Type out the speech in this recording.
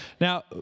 Now